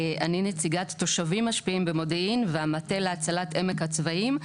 אני נציגת תושבים משפיעים במודיעין והמטה להצלת עמק הצבאים.